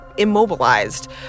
immobilized